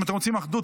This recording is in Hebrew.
אם אתם רוצים אחדות,